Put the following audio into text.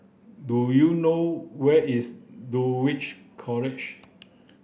do you know where is Dulwich College